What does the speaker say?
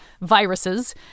viruses